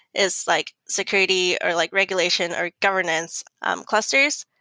is like security or like regulation or governance clusters.